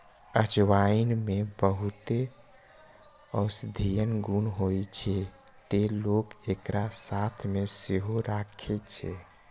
अजवाइन मे बहुत औषधीय गुण होइ छै, तें लोक एकरा साथ मे सेहो राखै छै